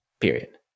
Period